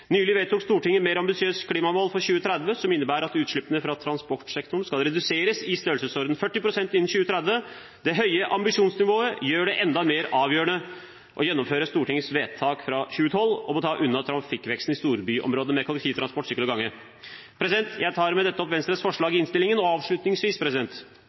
Nylig vedtok Stortinget mer ambisiøse klimamål for 2030, som innebærer at utslippene fra transportsektoren skal reduseres i størrelsesordenen 40 pst. innen 2030. Det høye ambisjonsnivået gjør det enda mer avgjørende å gjennomføre Stortingets vedtak fra 2012 om å ta unna trafikkveksten i storbyområdene med kollektivtransport, sykkel og gange. Jeg tar med dette opp Venstres forslag i innstillingen. Avslutningsvis